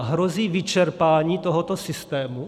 Hrozí vyčerpání tohoto systému?